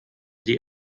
die